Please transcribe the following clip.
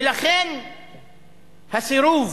ולכן הסירוב